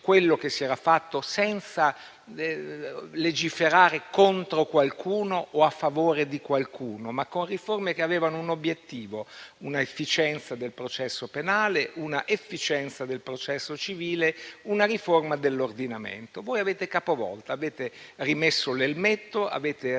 quello che si era fatto senza legiferare contro qualcuno o a favore di qualcuno, ma con riforme che avevano un obiettivo, ossia l'efficienza del processo penale, l'efficienza del processo civile, una riforma dell'ordinamento. Voi avete capovolto: avete rimesso l'elmetto, avete